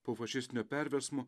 po fašistinio perversmo